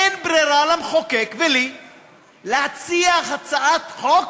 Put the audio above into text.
אין ברירה למחוקק ולי אלא להציע הצעת חוק